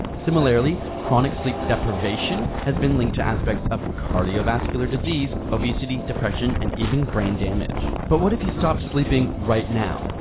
similarly, chronic sleep deprivation has been linked to aspects of cardiovascular disease, obesity, depression and even brain damage. but what if you stopped sleeping right now?